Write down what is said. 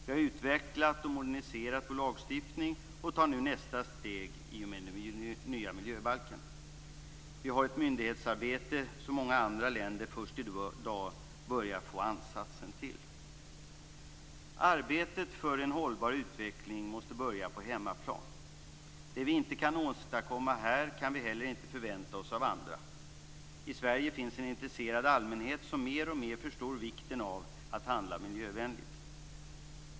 Vi har utvecklat och moderniserat vår lagstiftning och tar nu nästa steg i och med den nya miljöbalken. Vi har ett myndighetsarbete som många andra länder först i dag börjar få ansatsen till. Arbetet för en hållbar utveckling måste börja på hemmaplan. Det vi inte kan åstadkomma här kan vi inte heller förvänta oss av andra. I Sverige finns en intresserad allmänhet, som mer och mer förstår vikten av att handla miljövänligt.